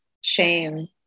shame